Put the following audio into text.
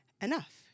enough